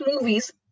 movies